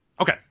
okay